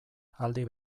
aldi